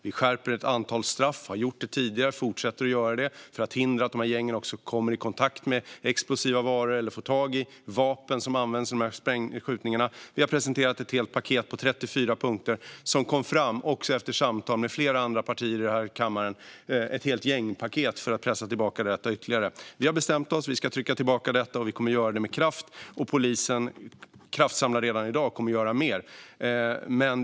Vi skärper ett antal straff - vi har gjort det tidigare och fortsätter att göra det - för att förhindra att gängen kommer i kontakt med explosiva varor eller får tag i vapen som används vid de här skjutningarna. Vi har presenterat ett helt paket på 34 punkter, vilket kom till efter samtal med flera andra partier i den här kammaren - det är ett helt gängpaket - för att pressa tillbaka detta ytterligare. Vi har bestämt oss: Vi ska trycka tillbaka detta, och vi kommer att göra det med kraft. Polisen kraftsamlar redan i dag och kommer att göra mer.